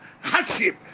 hardship